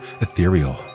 ethereal